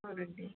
అవునండి